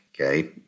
okay